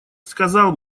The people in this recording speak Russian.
сказал